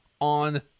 on